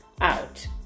out